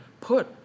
put